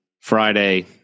Friday